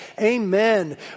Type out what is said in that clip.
amen